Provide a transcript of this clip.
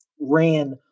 ran